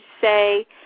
say